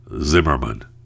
Zimmerman